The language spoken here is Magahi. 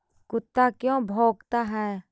कुत्ता क्यों भौंकता है?